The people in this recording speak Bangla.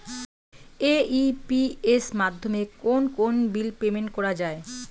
এ.ই.পি.এস মাধ্যমে কোন কোন বিল পেমেন্ট করা যায়?